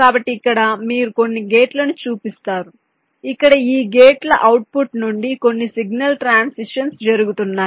కాబట్టి ఇక్కడ మీరు కొన్ని గేట్లను చూపిస్తారు ఇక్కడ ఈ గేట్ల అవుట్పుట్ నుండి కొన్ని సిగ్నల్ ట్రాన్సిషన్స్ జరుగుతున్నాయి